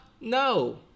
no